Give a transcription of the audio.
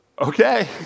okay